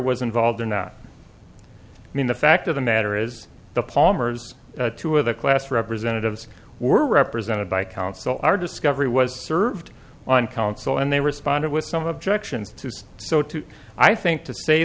was involved or not i mean the fact of the matter is the palmers two of the class representatives were represented by counsel our discovery was served on counsel and they responded with some objections to say so too i think to say